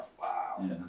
Wow